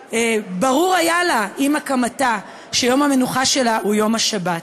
ברור היה לה עם הקמתה שיום המנוחה שלה הוא יום השבת.